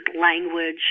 language